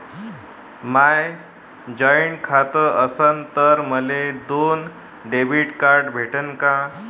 माय joint खातं असन तर मले दोन डेबिट कार्ड भेटन का?